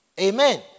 Amen